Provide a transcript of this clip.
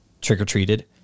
trick-or-treated